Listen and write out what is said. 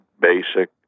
basic